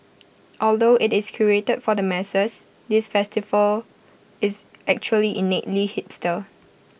although IT is curated for the masses this festival is actually innately hipster